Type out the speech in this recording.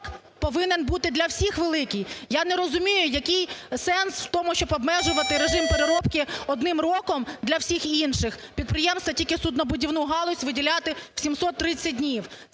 підприємств, а тільки суднобудівну галузь виділяти в 730 днів.